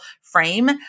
frame